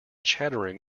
chattering